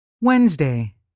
Wednesday